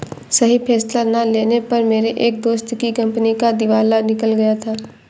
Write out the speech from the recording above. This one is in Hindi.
सही फैसला ना लेने पर मेरे एक दोस्त की कंपनी का दिवाला निकल गया था